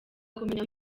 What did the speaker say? kumenya